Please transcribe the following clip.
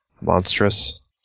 monstrous